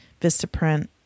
Vistaprint